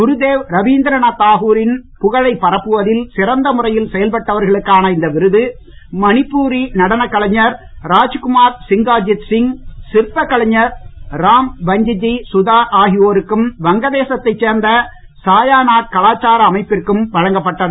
குருதேவ் ரவீந்திரநாத் தாகூரின் புகழைப் பரப்புவதில் சிறந்த முறையில் செயல்பட்டவர்களுக்கான இந்த விருது மணிப்புரி நடன கலைஞர் ராஜ்குமார் சிங்காஜித் சிங் சிற்ப கலைஞர் ராம் வஞ்ஜி சுதார் ஆகியோருக்கும் வங்கதேசத்தைச் சேர்ந்த சாயாநாட் கலாச்சார அமைப்பிற்கும் வழங்கப்பட்டது